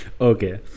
Okay